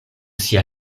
sia